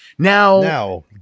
Now